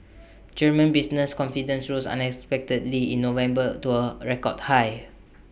German business confidence rose unexpectedly in November to A record high